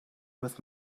with